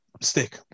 stick